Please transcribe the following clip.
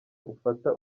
ufata